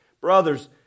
Brothers